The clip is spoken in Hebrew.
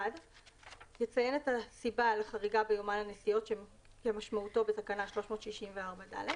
יציין את הסיבה לחריגה ביומן הנסיעות כמשמעותו בתקנה 364ד,